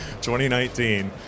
2019